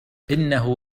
إنه